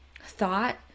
thought